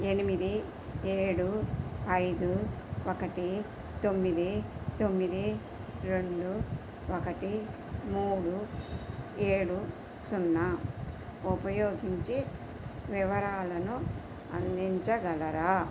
ఎనిమిది ఏడు ఐదు ఒకటి తొమ్మిది తొమ్మిది రెండు ఒకటి మూడు ఏడు సున్నా ఉపయోగించి వివరాలను అందించగలరా